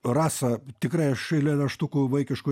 rasa tikrai aš eilėraštukų vaikiškų